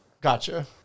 Gotcha